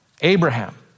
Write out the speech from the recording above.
Abraham